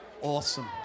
Awesome